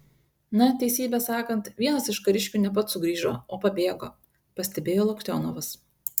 na teisybę sakant vienas iš kariškių ne pats sugrįžo o pabėgo pastebėjo loktionovas